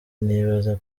nibaza